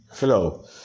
Hello